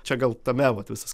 čia gal tame vat visas